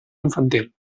infantil